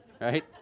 right